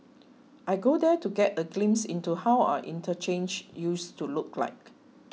I go there to get a glimpse into how our interchanges used to look like